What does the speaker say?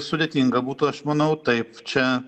sudėtinga būtų aš manau taip čia